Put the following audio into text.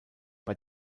bei